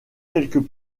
quelques